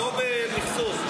לא במכסות,